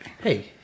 Hey